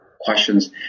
questions